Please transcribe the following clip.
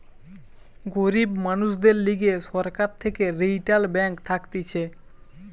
গরিব মানুষদের লিগে সরকার থেকে রিইটাল ব্যাঙ্ক থাকতিছে